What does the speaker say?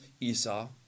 Esau